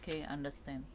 okay understand